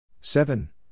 Seven